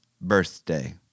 birthday